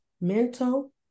mental